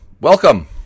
Welcome